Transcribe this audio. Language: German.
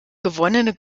gewonnene